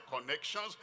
connections